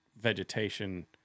vegetation